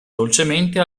dolcemente